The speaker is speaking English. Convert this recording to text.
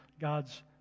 God's